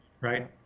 right